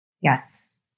Yes